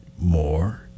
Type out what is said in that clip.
more